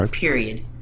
Period